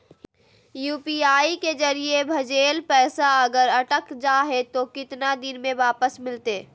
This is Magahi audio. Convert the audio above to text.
यू.पी.आई के जरिए भजेल पैसा अगर अटक जा है तो कितना दिन में वापस मिलते?